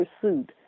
pursuit